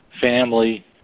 family –